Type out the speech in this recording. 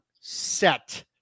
set